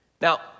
Now